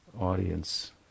audience